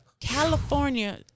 california